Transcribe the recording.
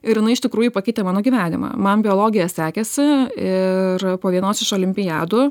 ir jinai iš tikrųjų pakeitė mano gyvenimą man biologija sekėsi ir po vienos iš olimpiadų